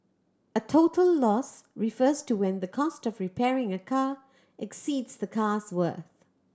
a total loss refers to when the cost of repairing a car exceeds the car's worth